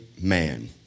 man